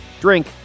Drink